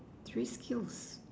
three skills